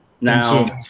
Now